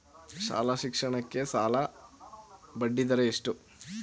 ಶಾಲಾ ಶಿಕ್ಷಣಕ್ಕೆ ಸಾಲದ ಬಡ್ಡಿದರ ಎಷ್ಟು?